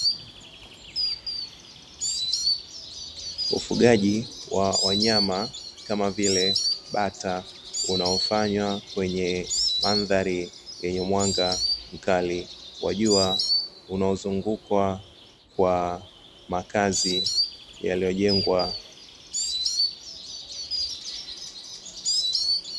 Ufugaji wa wanyama kama vile bata unaofanywa, kwenye mandhari yenye mwanga mkali wa jua, unaozungukwa kwa makazi yaliyojengwa.